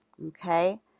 Okay